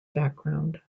background